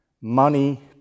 money